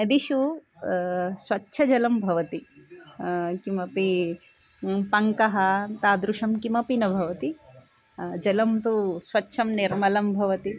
नदीषु स्वच्छजलं भवति किमपि पङ्कः तादृशं किमपि न भवति जलं तु स्वच्छं निर्मलं भवति